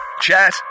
chat